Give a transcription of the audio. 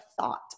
thought